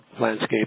landscape